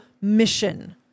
mission